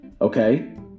Okay